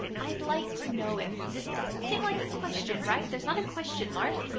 i'd like to know if. this doesn't seem like a question, right? there's not a question mark,